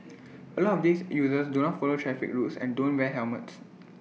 A lot of these users do not follow traffic rules and don't wear helmets